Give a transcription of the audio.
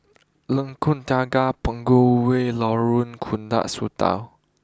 Lengkong Tiga Punggol way Lorong Tukang Satu